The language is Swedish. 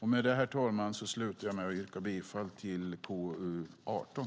Herr talman! Jag yrkar bifall till utskottets förslag i KU18.